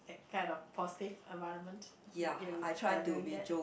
that kind of positive environment you you you are doing that